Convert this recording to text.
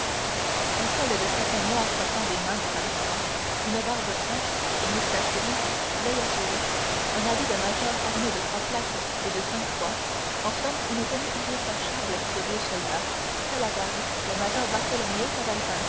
un col de satin noir sortant des mains du fabricant une barbe fraîche des moustaches grises l'oeil assuré un habit de major orné de trois plaques et de cinq croix en somme une tenue irréprochable de vieux soldat tel apparut le major